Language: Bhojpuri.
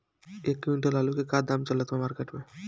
एक क्विंटल आलू के का दाम चलत बा मार्केट मे?